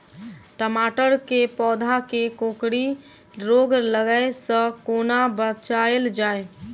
टमाटर केँ पौधा केँ कोकरी रोग लागै सऽ कोना बचाएल जाएँ?